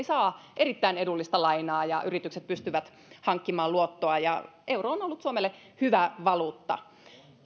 saa erittäin edullista lainaa ja yritykset pystyvät hankkimaan luottoa euro on on ollut suomelle hyvä valuutta